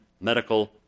medical